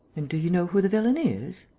and do you know who the villain is?